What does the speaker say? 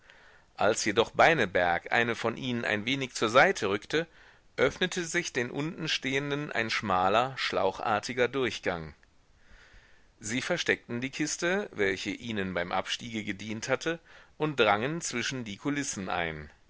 als jedoch beineberg eine von ihnen ein wenig zur seite rückte öffnete sich den unten stehenden ein schmaler schlauchartiger durchgang sie versteckten die kiste welche ihnen beim abstiege gedient hatte und drangen zwischen die kulissen ein